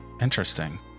Interesting